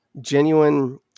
genuine